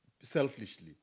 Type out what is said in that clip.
selfishly